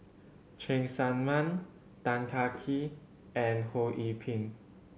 Cheng Tsang Man Tan Kah Kee and Ho Yee Ping